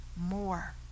more